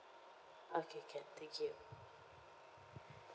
okay can thank you